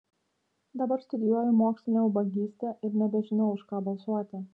dabar studijuoju mokslinę ubagystę ir nebežinau už ką balsuoti